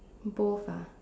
both ah